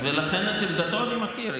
ולכן את עמדתו אני מכיר,